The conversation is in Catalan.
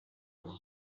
quan